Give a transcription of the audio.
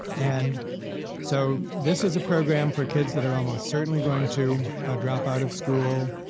and so this is a program for kids that are almost certainly going to drop out of school.